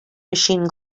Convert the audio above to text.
machine